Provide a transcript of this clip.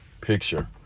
picture